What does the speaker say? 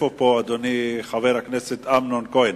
איפה פה, אדוני, חבר הכנסת אמנון כהן?